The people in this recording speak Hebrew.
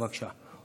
בבקשה,